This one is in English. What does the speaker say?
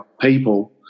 people